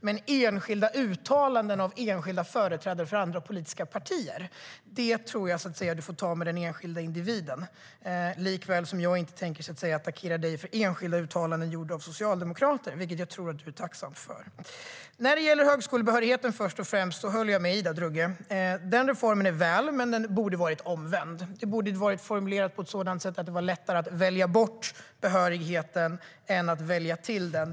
Men enskilda uttalanden av enskilda företrädare för andra politiska partier tror jag att du får ta med den enskilda individen, likväl som jag inte tänker attackera dig för enskilda uttalanden gjorda av socialdemokrater, vilket jag tror att du är tacksam för. När det gäller högskolebehörigheten håller jag med Ida Drougge. Reformen är bra men borde ha varit omvänd. Den borde ha varit konstruerad på ett sådant sätt att det hade varit lättare att välja bort behörigheten än att välja till den.